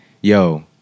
yo